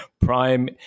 Prime